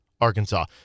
Arkansas